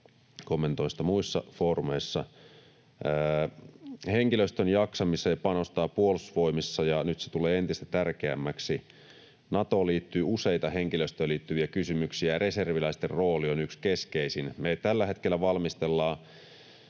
Kommentoin sitä muissa foorumeissa. Henkilöstön jaksamiseen panostetaan Puolustusvoimissa, ja nyt se tulee entistä tärkeämmäksi. Natoon liittyy useita henkilöstöön liittyviä kysymyksiä, ja reserviläisten rooli on yksi keskeisin. Me tällä hetkellä valmistellaan